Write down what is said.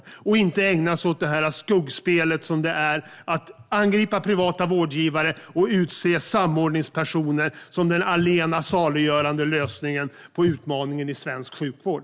Den borde inte ägna sig åt det skuggspel som angrepp på privata vårdgivare innebär eller åt att utse samordningspersoner som den allena saliggörande lösningen på utmaningen inom svensk sjukvård.